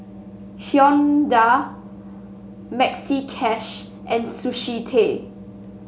Hyundai Maxi Cash and Sushi Tei